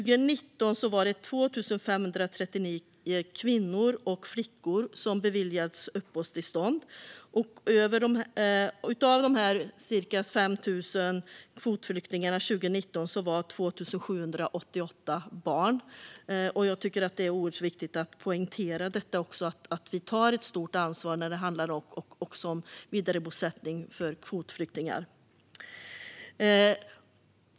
Av de ca 5 000 kvotflyktingar som beviljades uppehållstillstånd i Sverige 2019 var 2 539 kvinnor och flickor och 2 788 var barn. Jag tycker att det är oerhört viktigt att poängtera att vi tar ett stort ansvar också när det handlar om vidarebosättning för kvotflyktingar.